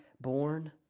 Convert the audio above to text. born